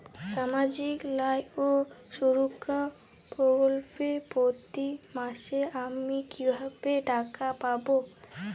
সামাজিক ন্যায় ও সুরক্ষা প্রকল্পে প্রতি মাসে আমি কিভাবে টাকা পাবো?